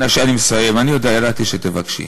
אני מסיים, ידעתי שתבקשי.